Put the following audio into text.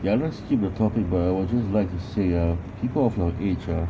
ya let's skip the topic but I would just like to say ah people of your age ah